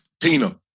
Tina